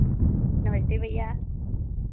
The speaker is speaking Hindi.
नमस्ते भैया